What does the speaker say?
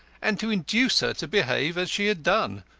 and to induce her to behave as she had done.